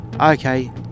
Okay